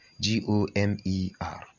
G-O-M-E-R